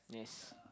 yes